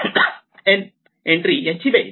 N entry यांचे बेरीज